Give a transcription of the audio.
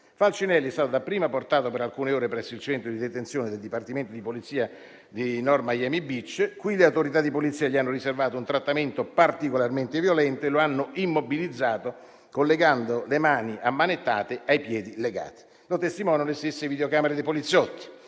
Falcinelli è stato dapprima portato per alcune ore presso il centro di detenzione del Dipartimento di polizia di Nord Miami Beach. Qui le autorità di polizia gli hanno riservato un trattamento particolarmente violento e lo hanno immobilizzato collegando le mani ammanettate ai piedi legati. Lo testimoniano le stesse videocamere dei poliziotti.